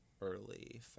early